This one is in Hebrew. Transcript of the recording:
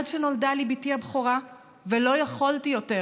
עד שנולדה לי בתי הבכורה ולא יכולתי יותר,